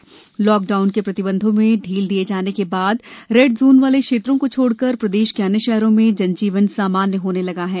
प्रतिबंध शिथिल लॉकडाउन के प्रतिबंधों में ढील दिये जाने के बाद रेड जोन वाले क्षेत्रों को छोड़कर प्रदेश के अन्य शहरों में जनजीवन सामान्य होने लगा है